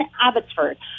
Abbotsford